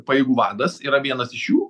pajėgų vadas yra vienas iš jų